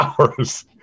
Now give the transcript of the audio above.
hours